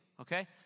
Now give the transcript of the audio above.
Okay